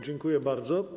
Dziękuję bardzo.